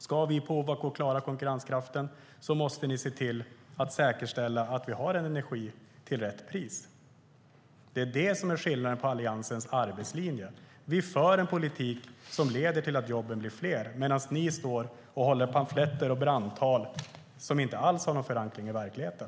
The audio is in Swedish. Ska vi klara konkurrenskraften måste ni säkerställa att vi får energi till rätt pris! Det är det som är skillnaden mot Alliansens arbetslinje. Vi för en politik som leder till att jobben blir fler, medan ni skriver pamfletter och håller brandtal som inte alls har någon förankring i verkligheten.